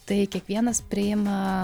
tai kiekvienas priima